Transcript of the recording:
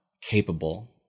capable